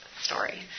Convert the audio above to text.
story